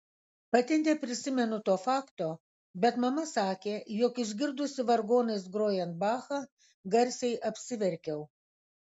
pati neprisimenu to fakto bet mama sakė jog išgirdusi vargonais grojant bachą garsiai apsiverkiau